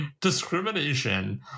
discrimination